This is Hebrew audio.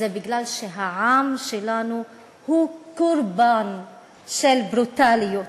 זה בגלל שהעם שלנו הוא קורבן של ברוטליות,